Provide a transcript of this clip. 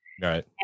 Right